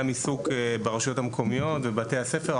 עיסוק ברשויות המקומיות ובבתי הספר,